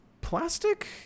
plastic